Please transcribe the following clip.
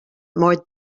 more